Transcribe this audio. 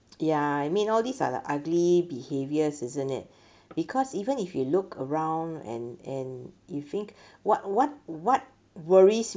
ya I mean all these are the ugly behaviors isn't it because even if you look around and and you think what what what worries